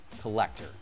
collector